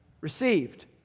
received